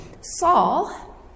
Saul